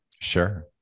Sure